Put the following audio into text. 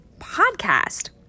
podcast